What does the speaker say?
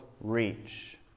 reach